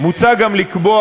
ואם יש צורך, גם לתקן את החוק.